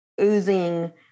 oozing